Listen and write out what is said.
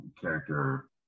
character